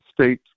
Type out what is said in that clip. state